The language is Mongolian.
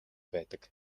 байдаг